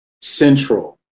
central